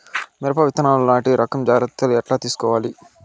మిరప విత్తనాలు నాటి రకం జాగ్రత్తలు ఎట్లా తీసుకోవాలి?